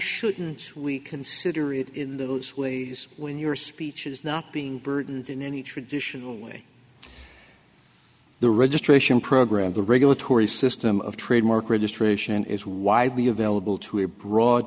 shouldn't we consider it in those ways when your speech is not being burdened in any traditional way the registration program the regulatory system of trademark registration is widely available to a broad